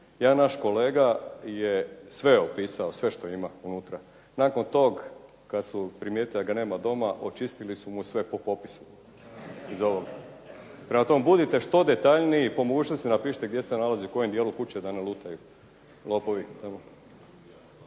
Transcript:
Jedan naš kolega je sve opisao, sve što ima unutra. Nakon tog, kad su primjetili da ga nema doma, očistili su mu sve po popisu. Prema tome, budite što detaljniji, po mogućnosti napišite gdje se nalazi u kojem dijelu kuće da ne lutaju lopovi.